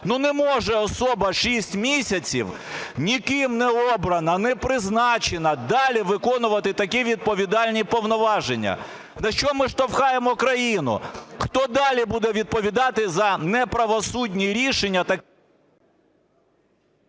Ну, не може особа 6 місяців, ніким не обрана, не призначена, далі виконувати такі відповідальні повноваження. На що ми штовхаємо країну? Хто далі буде відповідати за неправосудні рішення?